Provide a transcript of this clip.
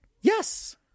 yes